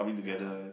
ya